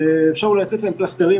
שאפשר אולי לתת להם פלסטרים,